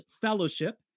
fellowship